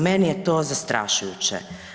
Meni je to zastrašujuće.